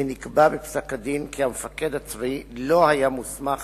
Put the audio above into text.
ונקבע בפסק-הדין כי המפקד הצבאי לא היה מוסמך